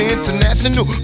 International